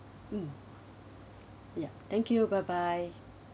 mm yeah thank you bye bye